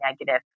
negative